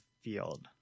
field